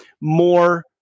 more